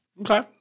Okay